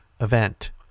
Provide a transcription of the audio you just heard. event